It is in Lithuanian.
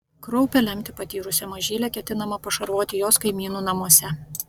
kraupią lemtį patyrusią mažylę ketinama pašarvoti jos kaimynų namuose